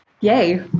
Yay